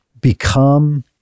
become